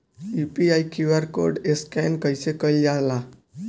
UPI QR scan कइसे कईल जा ला?